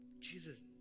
Jesus